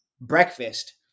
breakfast